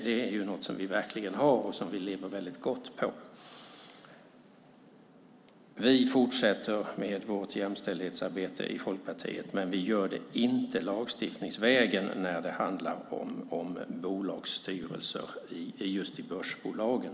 Det är något som vi verkligen har och som vi lever väldigt gott på. Vi fortsätter med vårt jämställdhetsarbete i Folkpartiet, men vi gör det inte lagstiftningsvägen när det handlar om styrelser i börsbolagen.